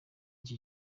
iki